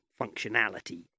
functionality